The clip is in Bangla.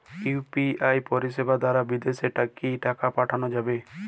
ইউ.পি.আই পরিষেবা দারা বিদেশে কি টাকা পাঠানো যাবে?